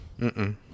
Mm-mm